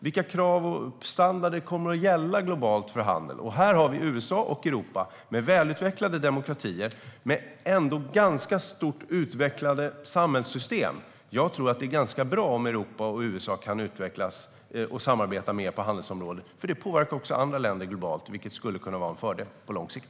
Vilka krav och standarder kommer att gälla globalt för handeln? Här har vi USA och Europa med välutvecklade demokratier och välutvecklade samhällssystem. Jag tror att det är ganska bra om Europa och USA kan utvecklas och samarbeta mer på handelsområdet, för det påverkar också andra länder globalt vilket skulle kunna vara en fördel på lång sikt.